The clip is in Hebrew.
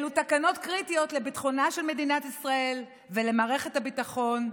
אלו תקנות קריטיות לביטחונה של מדינת ישראל ולמערכת הביטחון.